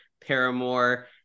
paramore